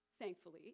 thankfully